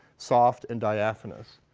soft, and diaphanous.